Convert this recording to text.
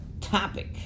topic